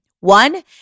One